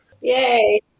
Yay